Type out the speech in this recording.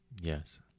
Yes